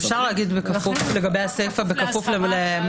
אפשר להגיד בסוף "בכפוף לאזהרה".